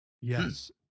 Yes